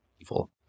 evil